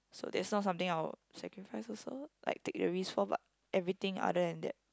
so that's not something I would sacrifice also like take the risk for but everything other than that